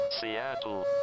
Seattle